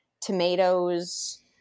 tomatoes